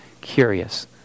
curious